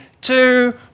two